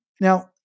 Now